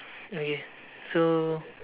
okay so